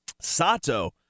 Sato